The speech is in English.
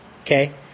Okay